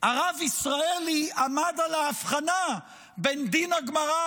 הרב ישראלי עמד על ההבחנה בין דין הגמרא,